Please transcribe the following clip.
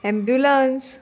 ambulance